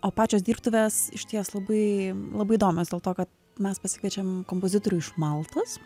o pačios dirbtuvės išties labai labai įdomios dėl to kad mes pasikviečiam kompozitorių iš maltos